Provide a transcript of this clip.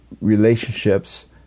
relationships